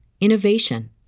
innovation